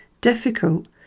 difficult